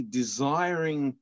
desiring